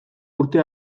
urte